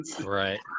Right